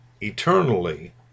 eternally